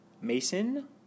Mason